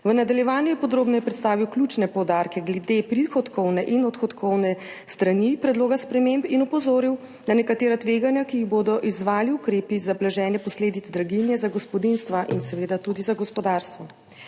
V nadaljevanju je podrobneje predstavil ključne poudarke glede prihodkovne in odhodkovne strani predloga sprememb in opozoril na nekatera tveganja, ki jih bodo izvajali ukrepi za blaženje posledic draginje za gospodinjstva in seveda tudi za gospodarstvo.